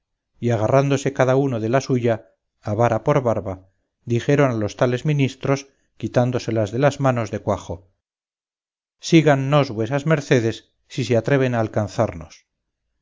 y agarrándose cada uno de la suya a vara por barba dijeron a los tales ministros quitándoselas de las manos de cuajo síganos vuesas mercedes si se atreven a alcanzarnos